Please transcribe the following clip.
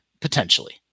potentially